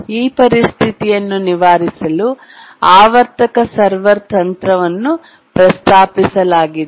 ಈ ಪರಿಸ್ಥಿತಿಯನ್ನು ನಿವಾರಿಸಲು ಆವರ್ತಕ ಸರ್ವರ್ ತಂತ್ರವನ್ನು ಪ್ರಸ್ತಾಪಿಸಲಾಗಿದೆ